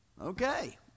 Okay